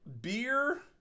beer